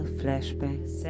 flashbacks